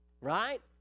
right